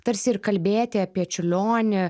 tarsi ir kalbėti apie čiurlionį